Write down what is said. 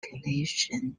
population